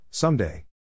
Someday